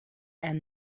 and